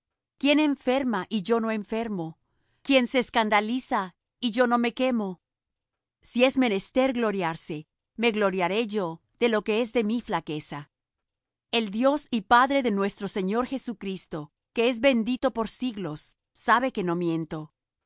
quién enferma y yo no enfermo quién se escandaliza y yo no me quemo si es menester gloriarse me gloriaré yo de lo que es de mi flaqueza el dios y padre del señor nuestro jesucristo que es bendito por siglos sabe que no miento